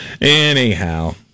Anyhow